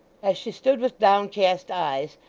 as she stood with downcast eyes,